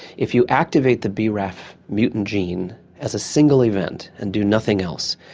if you activate the braf mutant gene as a single event and do nothing else,